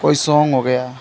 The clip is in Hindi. कोई सॉन्ग हो गया